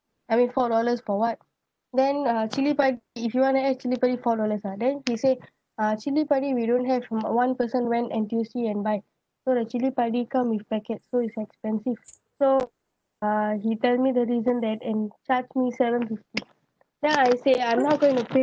I mean four dollars for what then uh chili padi if you wanna add chili padi four dollars ah then he say uh chili padi we don't have [what] one person went N_T_U_C and buy so the chili padi come with packet so is expensive so uh he tell me the reason that and charge me seven fifty then I say I'm not going to pay